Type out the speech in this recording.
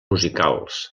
musicals